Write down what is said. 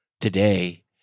today